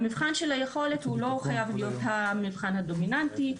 מבחן היכולת לא חייב להיות המבחן הדומיננטי,